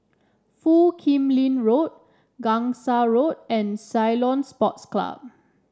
Foo Kim Lin Road Gangsa Road and Ceylon Sports Club